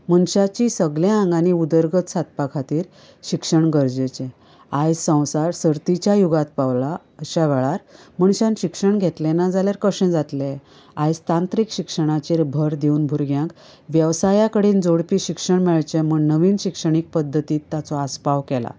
मनशांची सगळ्यां आंगानीं उदरगत सादपा खातीर शिक्षण गरजेचे आयज संवसार सर्तीच्या युगांत पावला मनशान अश्या वेळार मनशान शिक्षण घेतले ना जाल्यार कशें जातलें आयज तांत्रीक शिक्षणाचेर भर दिवन भुरग्यांक वेवसाया कडेन जोडपी शिक्षण मेळचें म्हण नवीन शिक्षणीक पद्दतींत ताचो आस्पाव केला